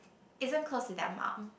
isn't close to their mum